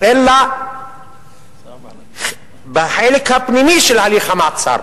אלא בחלק הפנימי של הליך המעצר.